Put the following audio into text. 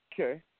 Okay